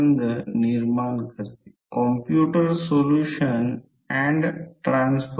453 milliweber मिळेल आणि current i1 प्रत्यक्षात आकृतीमध्ये हे लहान i1 दर्शवित आहे ते प्रत्यक्षात 1 अँपिअर आहे